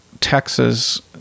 Texas